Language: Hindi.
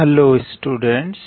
hello students